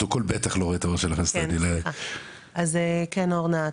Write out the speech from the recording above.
אז כן אורנה,